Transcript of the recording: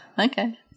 Okay